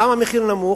למה המחיר נמוך?